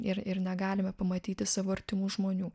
ir ir negalime pamatyti savo artimų žmonių